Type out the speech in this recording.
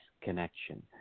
connection